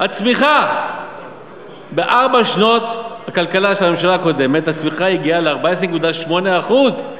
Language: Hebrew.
הצמיחה בארבע שנות הכלכלה של הממשלה הקודמת הגיעה ל-14.8%.